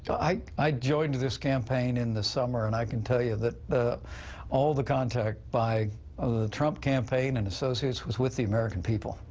i i joined this campaign in the summer, and i can tell you that all the contact by trump campaign and associates was with the american people.